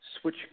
switch